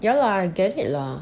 yeah lah I get it lah